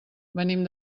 venim